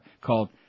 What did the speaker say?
called